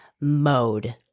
mode